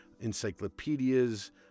encyclopedias